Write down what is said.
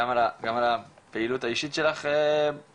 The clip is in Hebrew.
גם על הפעילות האישית שלך בתחום,